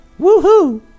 Woohoo